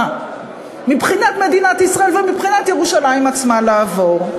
מבחינת מדינת ישראל ומבחינת ירושלים עצמה לעבור.